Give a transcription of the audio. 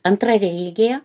antra religija